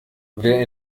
wer